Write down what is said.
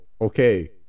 okay